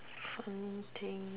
funny thing